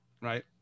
right